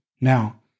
Now